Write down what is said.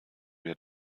wir